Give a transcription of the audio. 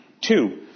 Two